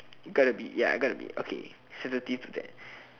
you gotta be ya you gotta be sensitive to that